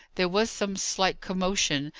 there was some slight commotion,